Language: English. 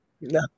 no